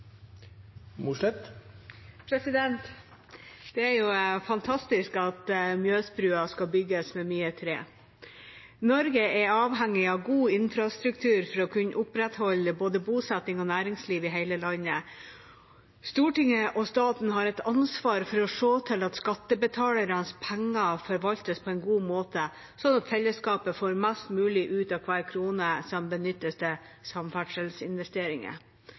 fantastisk at Mjøsbrua skal bygges med mye tre. Norge er avhengig av god infrastruktur for å kunne opprettholde både bosetting og næringsliv i hele landet. Stortinget og staten har et ansvar for å se til at skattebetalernes penger forvaltes på en god måte, slik at fellesskapet får mest mulig ut av hver krone som benyttes til samferdselsinvesteringer.